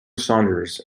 saunders